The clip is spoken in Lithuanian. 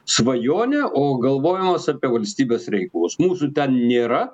svajonė o galvojimas apie valstybės reikalus mūsų ten nėra